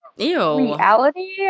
Reality